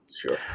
Sure